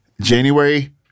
January